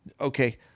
Okay